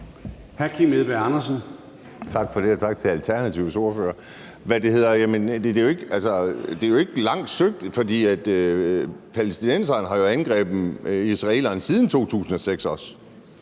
Tak for det, og tak til Alternativets ordfører. Det er jo ikke meget søgt, for palæstinenserne har jo angrebet israelerne siden 2006 også.